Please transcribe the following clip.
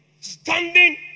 standing